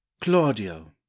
claudio